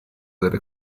delle